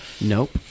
nope